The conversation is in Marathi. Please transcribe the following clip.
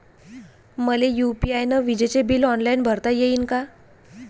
मले यू.पी.आय न विजेचे बिल ऑनलाईन भरता येईन का?